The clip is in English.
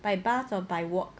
by bus or by walk